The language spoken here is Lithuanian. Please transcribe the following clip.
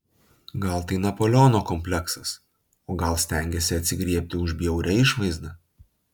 gal tai napoleono kompleksas o gal stengiasi atsigriebti už bjaurią išvaizdą